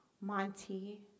Monty